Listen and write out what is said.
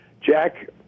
Jack